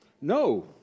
No